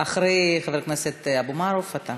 אחרי חבר הכנסת אבו מערוף אתה.